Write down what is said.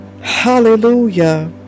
Hallelujah